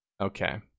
Okay